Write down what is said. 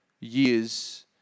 years